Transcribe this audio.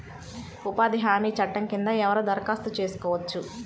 ఉపాధి హామీ చట్టం కింద ఎవరు దరఖాస్తు చేసుకోవచ్చు?